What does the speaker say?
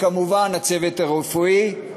וכמובן הצוות הרפואי,